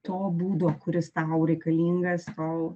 to būdo kuris tau reikalingas tol